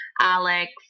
alex